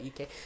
uk